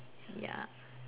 ya